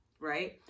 right